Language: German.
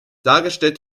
dargestellt